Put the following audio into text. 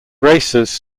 races